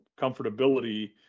comfortability